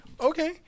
Okay